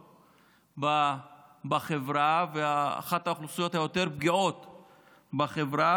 בחברה ואחת האוכלוסיות היותר-פגיעות בחברה,